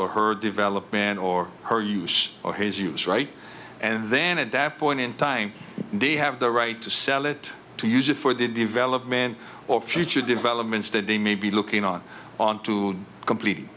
or her development or her use or his use right and then at that point in time they have the right to sell it to use it for the development or future developments that they may be looking on on to